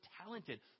talented